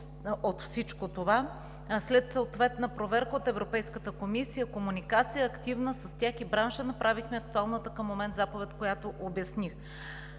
от всичко това, след съответна проверка от Европейската комисия, активна комуникация с тях и бранша, направихме актуалната към момента заповед, която обясних: